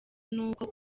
n’uko